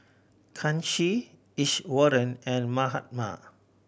Kanshi Iswaran and Mahatma